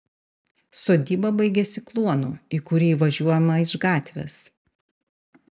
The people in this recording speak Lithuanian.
sodyba baigiasi kluonu į kurį įvažiuojama iš gatvės